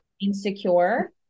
insecure